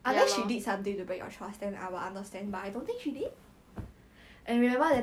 ya I don't have a good impression of her boyfriend and I don't think I will have